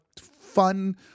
fun